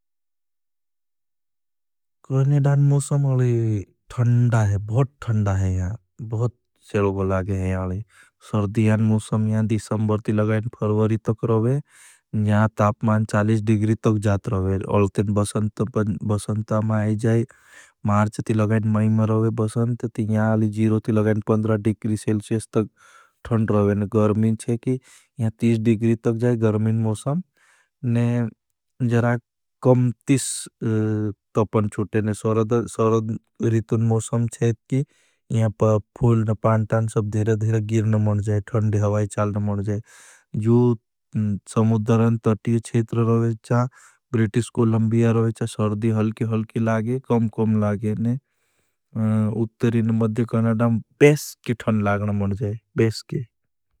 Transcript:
करनेडान मौसम अले थन्डा है, बहुत थन्डा है यहाँ, बहुत सेलगो लागे हैं यहाँले। सर्दियान मौसम यहाँ दिसमबर्ती लगाएं, फर्वरी तक रोभे, यहाँ तापमान चालेश डिग्री तक जात रोभे। मार्च ती लगाएं, मैंमर रोभे, बसंत ती यहाँ अले जीरो ती लगाएं, पन्द्रा डिक्री सेल्सियस तक धन्ड रोभे। गर्मीन है कि यहाँ तीस डिग्री तक जाएं, गर्मीन मौसम ने जराग कम तीस तपमान चुटें। सरद रितुन मौसम है कि यहाँ फूल न पांटान सब धिरधिर गिरन मन जाएं, थंदी हवाई चालन मन जाएं। यूद, समुदरन, तटी छेतर रोभे चा, ब्रेटिस कोलंबिया रोभे चा, सरदी हलकी हलकी लागें, कम कम लागें। सरद रितुन मौसम है कि यहाँ फूल न पांटान सब धिरधिर गिरन मन जाएं, थंदी हवाई चालन मन जाएं।